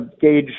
gauge